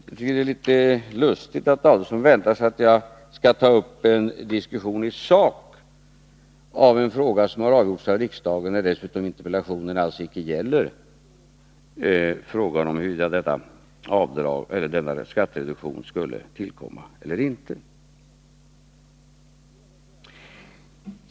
Det är litet lustigt att Ulf Adelsohn väntar sig att jag skall ta upp en diskussion i sak om en fråga som har avgjorts av riksdagen — när dessutom interpellationen alls icke gäller huruvida denna skattereduktion skulle tillkomma eller inte.